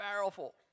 powerful